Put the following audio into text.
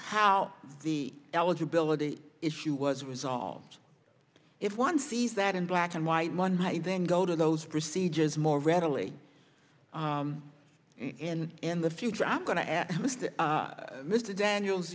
how the eligibility issue was resolved if one sees that in black and white one might then go to those procedures more readily and in the future i'm going to ask mr daniels